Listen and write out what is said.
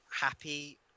happy